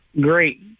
Great